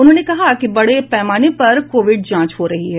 उन्होंने कहा कि बड़े पैमाने पर कोविड जांच हो रही है